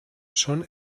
són